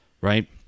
Right